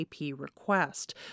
request